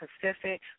Pacific